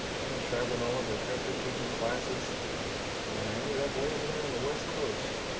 i've been traveling all over the country teaching classes and i ended up way over there on the west coast.